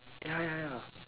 ya ya ya